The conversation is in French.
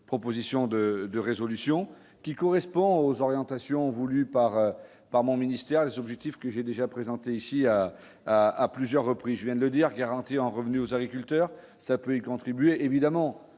proposition de résolution qui correspond aux orientations voulues par par mon ministère les objectifs que j'ai déjà présenté ici à à, à plusieurs reprises, je viens de le dire, garantit un revenu aux agriculteurs ça peut y contribuer, évidemment,